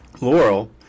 Laurel